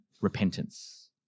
repentance